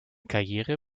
karriere